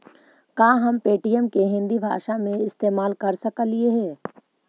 का हम पे.टी.एम के हिन्दी भाषा में इस्तेमाल कर सकलियई हे?